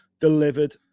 Delivered